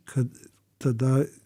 kad tada